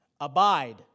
Abide